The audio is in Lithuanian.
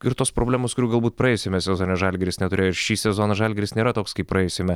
ir tos problemos kurių galbūt praėjusiame sezone žalgiris neturėjo ir šį sezoną žalgiris nėra toks kaip praėjusiame